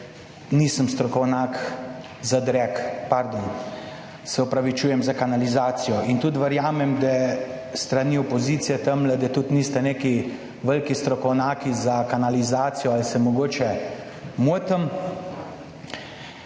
nisem strokovnjak zadreg, pardon, se opravičujem, za kanalizacijo. Tudi verjamem, da s strani opozicije tamle, da tudi niste neki veliki strokovnjaki za kanalizacijo, ali se mogoče motim?